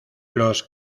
los